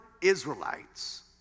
Israelites